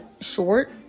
short